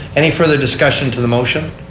any further discussion to the motion?